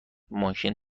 ماشین